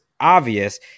obvious